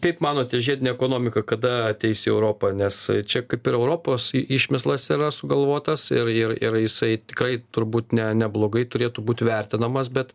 kaip manote žiedinė ekonomika kada ateis į europą nes čia kaip ir europos išmislas yra sugalvotas ir ir ir jisai tikrai turbūt ne neblogai turėtų būt vertinamas bet